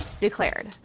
declared